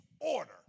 order